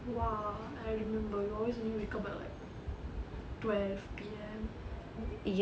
!wah! I remember you always you only wake up at like twelve P_M